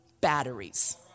batteries